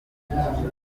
ibintu